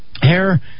hair